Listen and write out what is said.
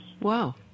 Wow